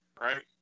right